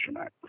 Act